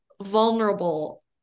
vulnerable